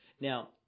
Now